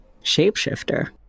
Shapeshifter